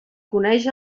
coneix